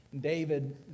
David